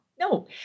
No